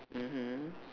mmhmm